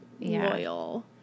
loyal